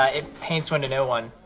ah it paints one to know one.